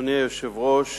אדוני היושב-ראש,